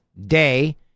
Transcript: day